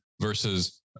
versus